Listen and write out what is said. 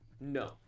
No